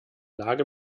lage